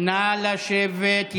נא לשבת.